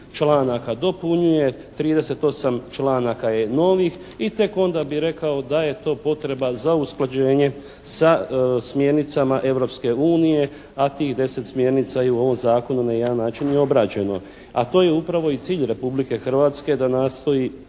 članaka dopunjuje, 38 članaka je novih i tek onda bih rekao da je to potreba za usklađenje sa smjernicama Europske unije, a tih 10 smjernica je u ovom Zakonu na jedan način i obrađeno. A to je upravo i cilj Republike Hrvatske da nastoji